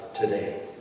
today